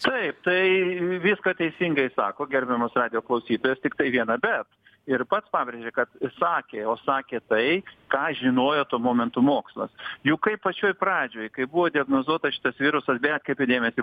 taip tai viską teisingai sako gerbiamas radijo klausytojas tiktai viena bet ir pats pabrėžė kad sakė o sakė tai ką žinojo tuo momentu mokslas juk kai pačioj pradžioj kai buvo diagnozuotas šitas virusas beje atkreipu dėmesį